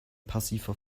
passiver